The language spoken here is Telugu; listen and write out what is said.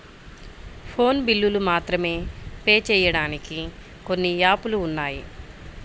ఫోను బిల్లులు మాత్రమే పే చెయ్యడానికి కొన్ని యాపులు ఉన్నాయి